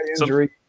injury